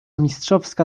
mistrzowska